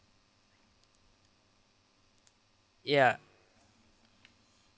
ya